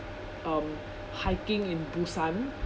um hiking in busan